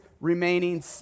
remaining